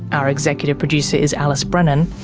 our executive producer is alice brennan.